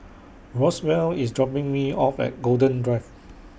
Roswell IS dropping Me off At Golden Drive